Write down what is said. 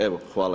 Evo hvala.